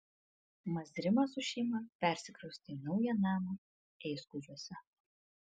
mazrimas su šeima persikraustė į naują namą eiskudžiuose